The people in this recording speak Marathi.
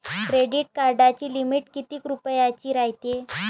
क्रेडिट कार्डाची लिमिट कितीक रुपयाची रायते?